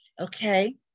okay